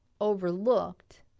overlooked